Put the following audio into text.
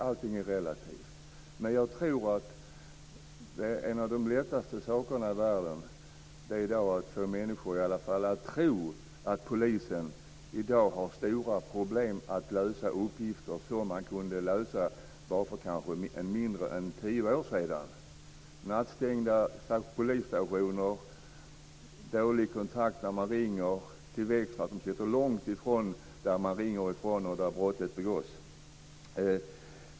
Allting är relativt, men jag tror att det är en av de lättaste sakerna i världen att i dag få människor att i alla fall tro att polisen har stora problem med att lösa uppgifter som man kunde lösa för kanske mindre än tio år sedan. Det är nattstängda polisstationer och dålig kontakt när man ringer till växlar långt ifrån det ställe som man ringer från och där brottet begås.